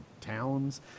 towns